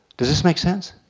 does this make sense?